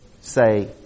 say